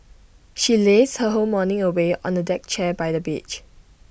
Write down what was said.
she lazed her whole morning away on A deck chair by the beach